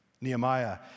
Nehemiah